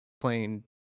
playing